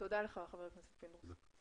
תודה לך חבר הכנסת פינדרוס.